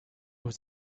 was